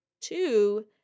Two